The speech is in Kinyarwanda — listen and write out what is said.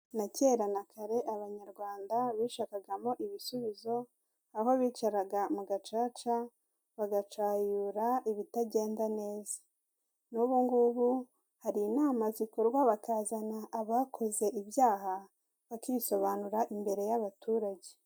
Na kera na kare abanyarwanda bishakagamo ibisubizo, aho bicaraga mu gacaca bagacayura ibitagenda neza. N'ubu ngubu hari inama zikorwa bakazana abakoze ibyaha bakisobanura imbere y'abaturage.